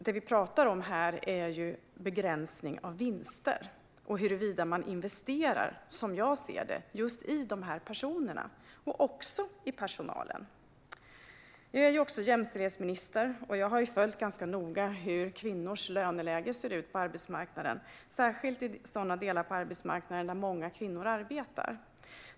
Det som vi diskuterar här är ju begränsning av vinster och huruvida man investerar i de här personerna och i den här personalen. Jag är också jämställdhetsminister och jag har följt ganska noga hur kvinnors löneläge ser ut på arbetsmarknaden. Det gäller särskilt de delar av arbetsmarknaden där många kvinnor arbetar.